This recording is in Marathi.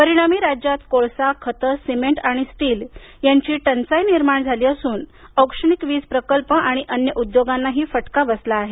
परिणामी राज्यात कोळसा खतं सिमेंट आणि स्टील यांची टंचाई निर्माण झाली असून औष्णिक वीज प्रकल्प आणि अन्य उद्योगांनाही फटका बसला आहे